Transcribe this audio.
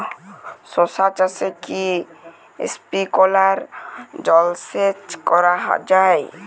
শশা চাষে কি স্প্রিঙ্কলার জলসেচ করা যায়?